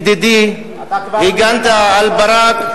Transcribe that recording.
ידידי, הגנת על ברק,